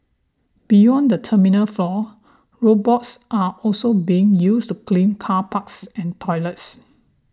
beyond the terminal floors robots are also being used to clean car parks and toilets